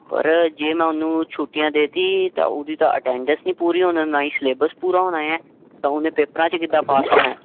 ਪਰ ਜੇ ਮੈਂ ਉਹਨੂੰ ਛੁੱਟੀਆਂ ਦੇਤੀ ਤਾਂ ਉਹਦੀ ਤਾਂ ਅਟੈਂਡੈਂਸ ਨਹੀਂ ਪੂਰੀ ਹੋਣਾ ਨਾ ਹੀ ਸਿਲੇਬਸ ਹੋਣਾ ਆ ਤਾਂ ਉਹਨੇ ਪੇਪਰਾਂ 'ਚ ਕਿੱਦਾਂ ਪਾਸ ਹੋਣਾ